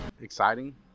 Exciting